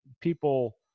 people